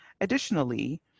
Additionally